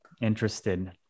interested